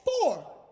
four